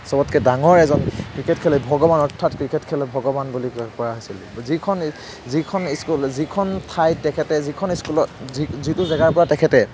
চবতকৈ ডাঙৰ এজন ক্ৰিকেট খেলে ভগৱান অৰ্থাৎ ক্ৰিকেট খেলত ভগৱান বুলি কৰা হৈছিলে যিখন যিখন স্কুল যিখন ঠাইত তেখেতে যিখন স্কুলত যিটো যিটো জেগাৰপৰা তেখেতে